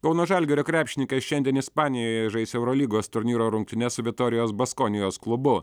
kauno žalgirio krepšininkas šiandien ispanijoje žais eurolygos turnyro rungtynes su bitorijos baskonijos klubu